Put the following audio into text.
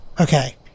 Okay